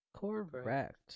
Correct